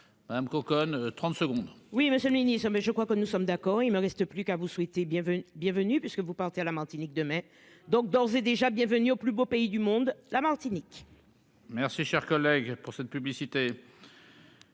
Un coconne 30 secondes. Oui, monsieur le Ministre, mais je crois que nous sommes d'accord. Il me reste plus qu'à vous souhaiter bienvenue, bienvenue puisque vous partez à la Martinique demain donc d'ores et déjà bienvenue au plus beau pays du monde la Martinique. Merci cher collègue. Pour cette publicité.